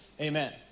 amen